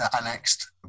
annexed